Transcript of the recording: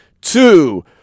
two